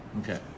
Okay